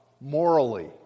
morally